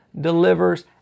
delivers